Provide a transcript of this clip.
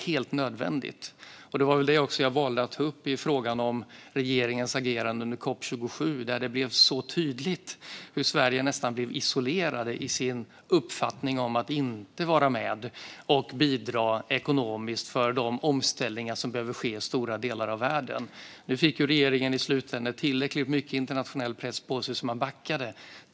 Det var väl också det som jag valde att ta upp i frågan om regeringens agerande under COP 27, där det blev så tydligt hur Sverige nästan blev isolerat i sin uppfattning om att inte vara med och bidra ekonomiskt för de omställningar som behöver ske i stora delar av världen. Nu fick regeringen i slutändan tillräckligt mycket internationell press på sig, så man backade.